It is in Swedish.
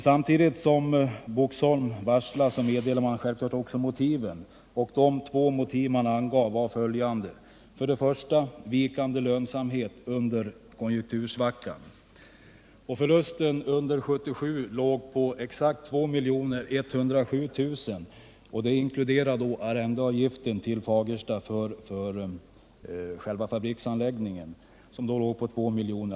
Samtidigt som Boxholm varslar meddelar man självklart också motiven. För det första är det vikande lönsamhet under konjunktursvackan. Förlusten under år 1977 låg på exakt 2 107 000 kr. och inkluderar arrendeavgiften till Fagersta för själva fabriksanläggningen, vilken då låg på 2 000 000 kr.